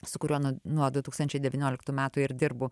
su kuriuo nuo du tūkstančiai devynioliktų metų ir dirbu